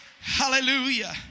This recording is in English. Hallelujah